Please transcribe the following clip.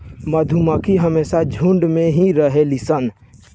मधुमक्खी हमेशा झुण्ड में ही रहेली सन